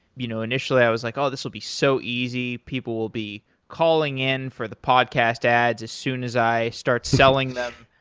you know initially i was like this will be so easy. people will be calling in for the podcast ads as soon as i start selling them,